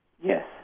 Yes